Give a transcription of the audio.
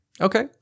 okay